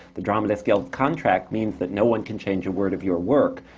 the dramatists guild contract means that no one can change a word of your work,